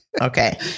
Okay